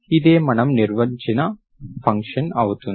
ఇదే మనం నిర్మించిన ఫంక్షన్ అవుతుంది